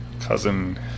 Cousin